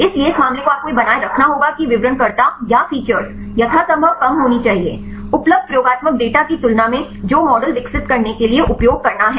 इसलिए इस मामले को आपको यह बनाए रखना होगा कि विवरणकर्ता या फीचर्स यथासंभव कम होनी चाहिए उपलब्ध प्रयोगात्मक डेटा की तुलना में जो मॉडल विकसित करने के लिए उपयोग करना है